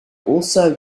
also